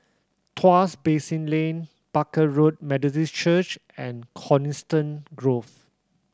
Tuas Basin Lane Barker Road Methodist Church and Coniston Grove